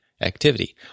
activity